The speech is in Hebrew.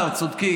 שר האוצר, צודקים.